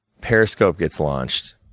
periscope gets launched,